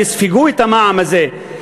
יספגו את המע"מ הזה,